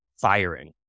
firing